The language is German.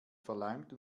verleimt